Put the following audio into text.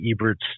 ebert's